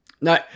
No